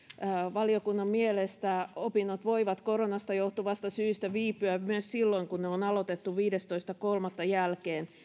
valiokunnan mielestä opinnot voivat koronasta johtuvasta syystä viipyä myös silloin kun ne on aloitettu viidestoista kolmatta jälkeen